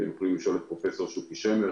ואתם יכולים לשאול על זה את פרופ' שוקי שמר,